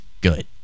good